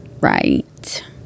Right